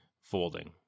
folding